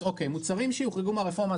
מוצרים שיוחרגו מהרפורמה.